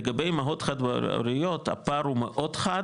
לגבי אימהות חד הוריות הפער הוא מאוד חד